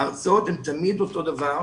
וההרצאות הן תמיד אותו הדבר.